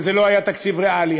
שזה לא היה תקציב ריאלי,